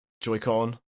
Joy-Con